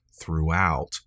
throughout